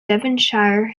devonshire